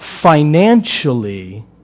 financially